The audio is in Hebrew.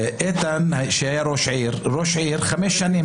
איתן, שהיה ראש עיר במשך חמש שנים